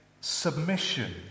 submission